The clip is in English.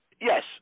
Yes